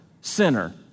sinner